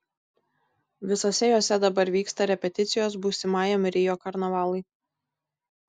visose jose dabar vyksta repeticijos būsimajam rio karnavalui